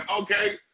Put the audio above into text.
Okay